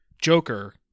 Joker